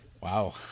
Wow